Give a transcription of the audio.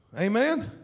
Amen